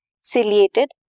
ciliated